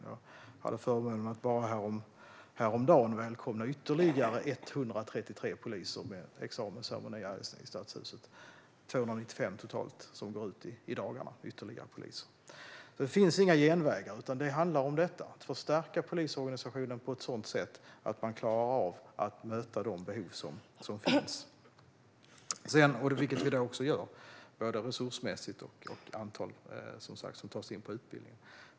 Och jag hade förmånen att häromdagen välkomna ytterligare 133 poliser under en examensceremoni i Stadshuset här. Det är totalt 295 poliser som går ut i dagarna. Det finns inga genvägar, utan det handlar om att förstärka polisorganisationen på ett sådant sätt att man klarar av att möta de behov som finns. Detta gör vi när det gäller både resurser och det antal personer som tas in på utbildning.